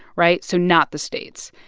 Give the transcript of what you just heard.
right? so not the states.